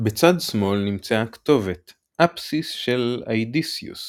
בצד שמאל נמצאה כתובת ”אפסיס של איידיסיוס